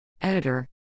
Editor